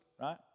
right